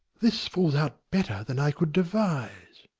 this falls out better than i could devise.